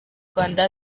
rwanda